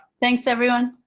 thanks everyone.